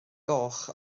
goch